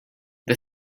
the